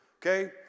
Okay